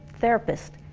therapist.